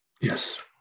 Yes